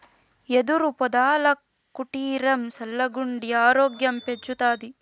యెదురు పొదల కుటీరం సల్లగుండి ఆరోగ్యం పెంచతాది